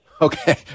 Okay